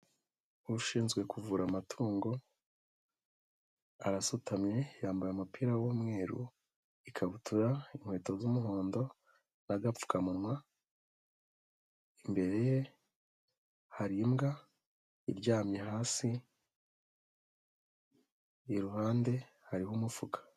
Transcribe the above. Ushinzwe kuvura amatungo arasutamye yambaye umupira w'umweru, ikabutura, inkweto z'umuhondo n'agapfukamunwa, imbere ye hari imbwa iryamye hasi, iruhande hariho umufuka.